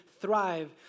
thrive